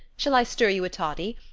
shall i stir you a toddy?